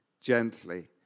gently